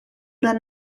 oder